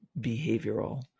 behavioral